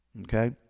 Okay